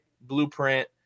Blueprint